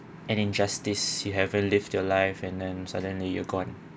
an injustice you haven't lived your life and then suddenly you are gone